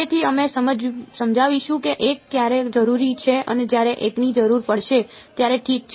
તેથી અમે સમજાવીશું કે 1 ક્યારે જરૂરી છે અને જ્યારે એકની જરૂર પડશે ત્યારે ઠીક છે